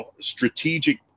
strategic